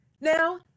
Now